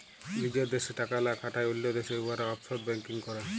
লিজের দ্যাশে টাকা লা খাটায় অল্য দ্যাশে উয়ারা অফশর ব্যাংকিং ক্যরে